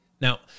Now